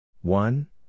One